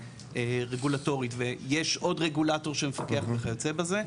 רגולטורית ויש עוד רגולטור שמפקח וכיוצא בזה,